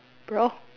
bro